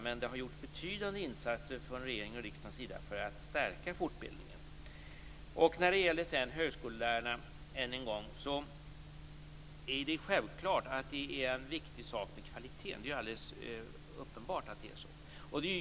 Men det har gjorts betydande insatser från regeringens och riksdagens sida för att stärka fortbildningen. Jag skall ta upp frågan om högskolelärarna än en gång. Kvaliteten är självfallet viktig - det är alldeles uppenbart.